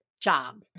job